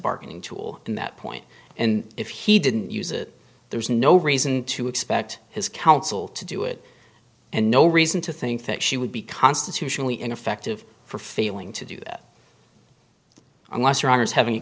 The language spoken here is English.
bargaining tool in that point and if he didn't use it there's no reason to expect his counsel to do it and no reason to think that she would be constitutionally ineffective for failing to do that unless your honour's have any